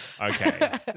Okay